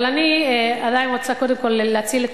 אבל אני עדיין רוצה קודם כול להציל את